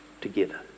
together